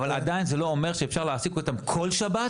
עדיין זה לא אומר שאפשר להעסיק אותם בכל שבת